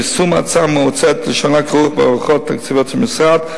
יישום ההצעה כלשונה כרוך בהיערכות תקציבית של המשרד,